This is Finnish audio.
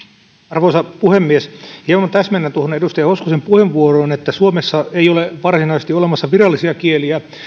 arvoisa puhemies hieman täsmennän tuohon edustaja hoskosen puheenvuoroon että suomessa ei ole varsinaisesti olemassa virallisia kieliä